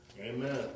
Amen